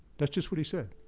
that's just what he said.